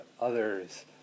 others